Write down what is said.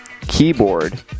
keyboard